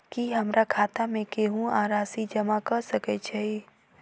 की हमरा खाता मे केहू आ राशि जमा कऽ सकय छई?